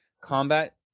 combat